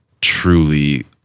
truly